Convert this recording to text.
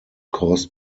caused